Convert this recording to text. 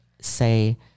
say